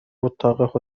اتاق